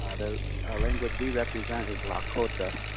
ah the language we represent is lakota.